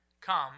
come